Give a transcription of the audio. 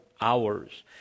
hours